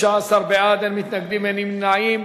16 בעד, אין מתנגדים, אין נמנעים.